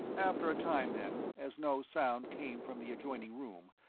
after a time, then, as no sound came from the adjoining room,